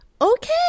Okay